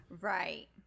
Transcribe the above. right